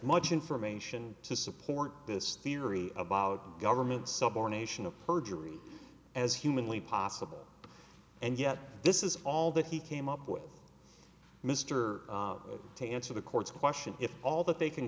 much information to support this theory about governments or nation of perjury as humanly possible and yet this is all that he came up with mr to answer the court's question if all that they can